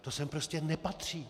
To sem prostě nepatří.